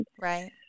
Right